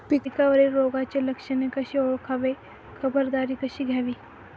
पिकावरील रोगाची लक्षणे कशी ओळखावी, खबरदारी कशी घ्यावी?